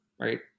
right